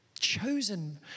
chosen